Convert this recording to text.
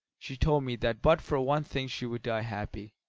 she told me that but for one thing she would die happy.